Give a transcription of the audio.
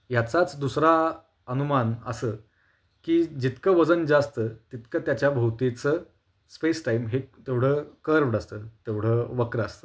याचाच दुसरा अनुमान असं की जितकं वजन जास्तं तितकं त्याच्याभोवतीचं स्पेस टाईम हे तेवढं कर्व्हड असतं तेवढं वक्र असतं